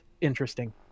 interesting